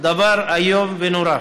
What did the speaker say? זה דבר איום ונורא,